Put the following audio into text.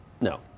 No